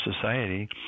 society